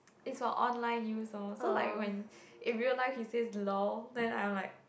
it's for online use lor so like when in real life you says lol then I'm like